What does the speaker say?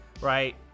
right